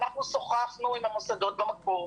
שוחחנו עם המוסדות במקום.